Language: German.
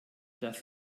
das